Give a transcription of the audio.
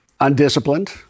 Undisciplined